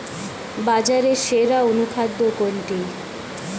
বাজারে সেরা অনুখাদ্য কোনটি?